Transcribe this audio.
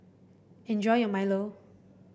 enjoy your milo